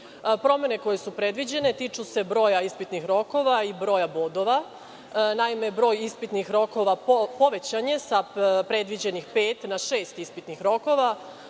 Promene koje su predviđene tiču se broja ispitnih rokova i broja bodova. Naime, broj ispitnih rokova povećan je sa predviđenih pet na šest ispitnih rokova.